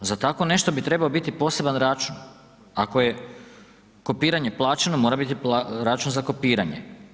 Za tako nešto bi trebao biti poseban račun, ako je kopiranje plaćeno mora biti račun za kopiranje.